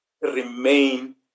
remain